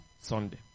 Sunday